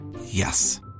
Yes